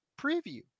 preview